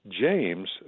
James